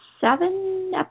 seven